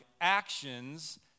actions